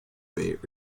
bait